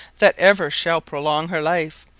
that ever shall prolong her life,